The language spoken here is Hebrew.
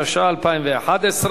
התשע"א 2011,